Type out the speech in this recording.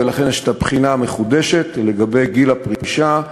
ולכן הבחינה המחודשת של גיל הפרישה,